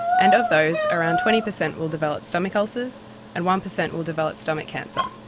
and of those around twenty percent will develop stomach ulcers and one percent will develop stomach cancer.